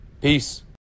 Peace